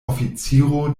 oficiro